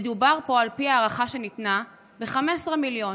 מדובר פה, על פי הערכה שניתנה, ב-15 מיליון.